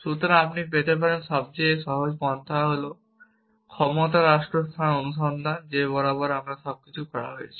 সুতরাং আপনি পেতে পারেন সবচেয়ে সহজ পন্থা হল ক্ষমতা রাষ্ট্র স্থান অনুসন্ধান যে আমরা বরাবর এই সব করা হয়েছে